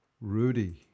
Rudy